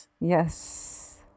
Yes